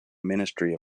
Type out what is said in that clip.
ministry